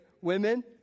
women